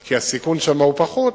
כי הסיכון שם פחות.